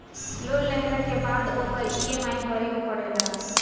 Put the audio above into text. loan लेहला के बाद ओकर इ.एम.आई भरे के पड़ेला